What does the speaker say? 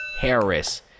Harris